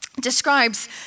Describes